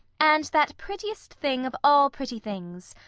and that prettiest thing of all pretty things,